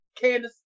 Candace